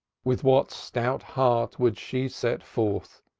with what stout heart would she set forth,